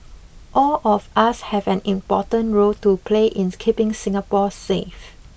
all of us have an important role to play in keeping Singapore safe